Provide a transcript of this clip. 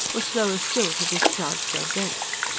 were slower still to discharge their debts.